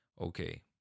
okay